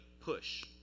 push